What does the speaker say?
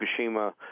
Fukushima